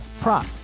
prop